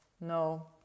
No